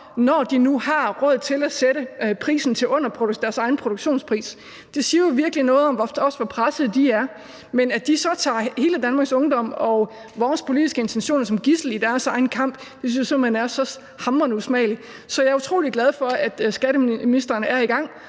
når de nu har råd til at sætte prisen ned til under deres egen produktionspris. Det siger jo virkelig noget om, hvor pressede de er. Men at de så tager hele Danmarks ungdom og vores politiske intentioner som gidsel i deres egen kamp, synes jeg simpelt hen er så hamrende usmageligt. Så jeg er utrolig glad for, at skatteministeren er i gang,